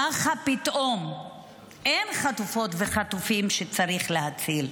ככה פתאום אין חטופות וחטופים שצריך להציל,